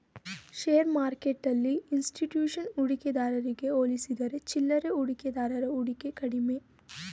share ಮಾರ್ಕೆಟ್ಟೆಲ್ಲಿ institution ಹೂಡಿಕೆದಾರಗೆ ಹೋಲಿಸಿದರೆ ಚಿಲ್ಲರೆ ಹೂಡಿಕೆದಾರರ ಹೂಡಿಕೆ ಕಡಿಮೆ